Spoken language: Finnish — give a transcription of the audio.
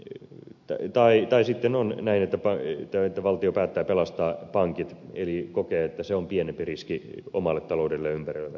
eurooppalaiselle rahoitusvakaudelle tai sitten on näin että valtio päättää pelastaa pankit eli kokee että se on pienempi riski omalle taloudelle ja ympäröivälle taloudelle